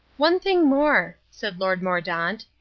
one thing more, said lord mordaunt,